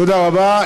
תודה רבה.